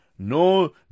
no